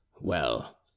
Well